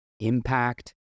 impact